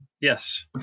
Yes